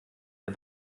der